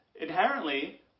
inherently